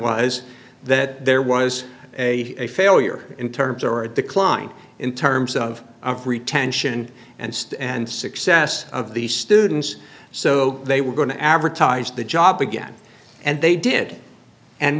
was that there was a failure in terms or a decline in terms of of retention and state and success of the students so they were going to advertise the job again and they did and